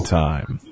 time